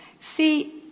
see